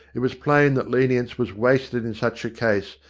it was plain that lenience was wasted in such a case,